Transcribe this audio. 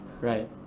Right